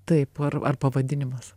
taip ar ar pavadinimas